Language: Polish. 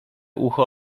ucho